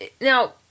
now